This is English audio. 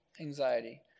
anxiety